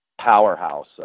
powerhouse